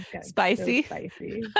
spicy